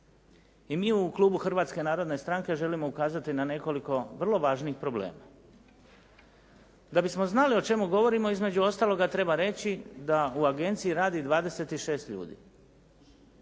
I mi u klubu Hrvatske narodne stranke želimo ukazati na nekoliko vrlo važnih problema. Da bismo znali o čemu govorimo između ostaloga treba reći da u Agenciji radi 26 ljudi.